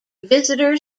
visitor